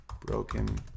Broken